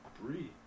three